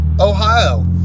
Ohio